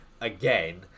again